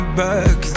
back